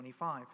25